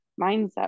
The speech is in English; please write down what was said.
mindset